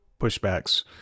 pushbacks